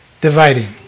dividing